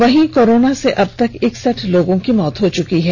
वहीं कोरोना से अबतक इकसंठ लोगों की मौत हो चुकी है